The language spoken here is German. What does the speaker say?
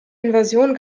invasion